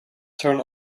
turn